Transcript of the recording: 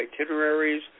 itineraries